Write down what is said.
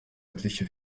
örtliche